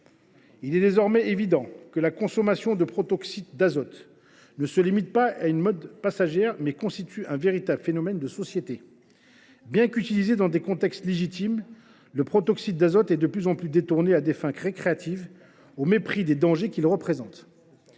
Il est désormais évident que la consommation de protoxyde d’azote est non pas une mode passagère, mais un véritable phénomène de société. Bien qu’utilisé dans des contextes légitimes, le protoxyde d’azote est aussi de plus en plus détourné à des fins récréatives, au mépris des dangers qu’il représente.